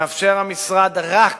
מאפשר המשרד רק